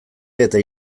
eta